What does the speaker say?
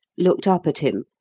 looked up at him,